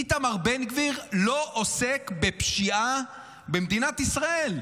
איתמר בן גביר לא עוסק בפשיעה במדינת ישראל.